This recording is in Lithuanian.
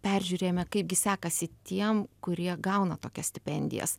peržiūrėjome kaip gi sekasi tiem kurie gauna tokias stipendijas